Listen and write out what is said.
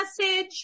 message